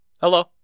Hello